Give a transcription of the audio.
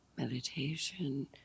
Meditation